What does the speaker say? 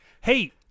Hey